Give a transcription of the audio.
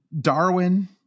Darwin